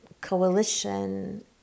coalition